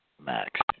max